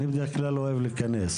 אני בדרך כלל אוהב להיכנס,